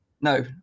no